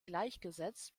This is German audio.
gleichgesetzt